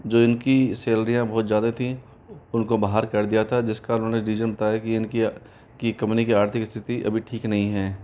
जो इनकी सैलरी हैं बहुत ज़्यादा थी उनको बाहर कर दिया था जिसका उन्होंने रीजन बताया कि इनकी कंपनी की आर्थिक स्थिति अभी ठीक नहीं हैं